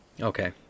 Okay